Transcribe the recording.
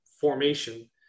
formation